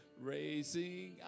raising